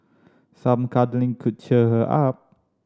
some cuddling could cheer her up